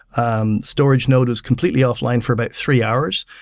um storage node is complete the off-line for about three hours.